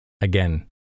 Again